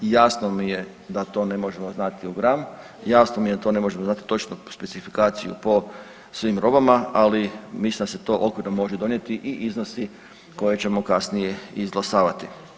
Jasno mi je da to ne možemo znati u gram, jasno mi je da to ne možemo znati točno specifikaciju po svim robama, ali mislim da se to okvirno može donijeti i iznosi koje ćemo kasnije izglasavati.